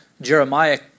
Jeremiah